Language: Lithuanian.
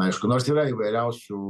aišku nors yra įvairiausių